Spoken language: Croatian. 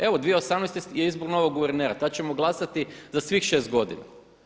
Evo 2018. je izbor novog guvernera, tada ćemo glasati za svih 6 godina.